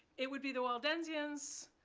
it would be the waldensians,